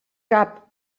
cap